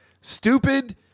stupid